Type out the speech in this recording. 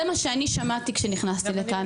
זה מה שאני שמעתי כשנכנסתי לכאן,